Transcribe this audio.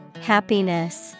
Happiness